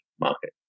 market